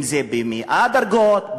אם ב-100 דרגות,